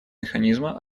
механизма